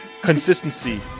Consistency